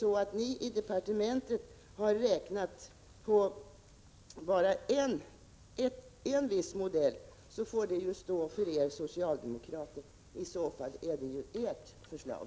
Om ni i departementet har räknat på bara en viss modell får det stå för er socialdemokrater — i så fall är det ert förslag.